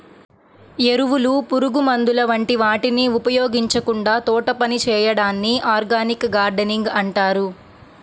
ఎరువులు, పురుగుమందుల వంటి వాటిని ఉపయోగించకుండా తోటపని చేయడాన్ని ఆర్గానిక్ గార్డెనింగ్ అంటారు